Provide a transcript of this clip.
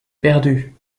perdue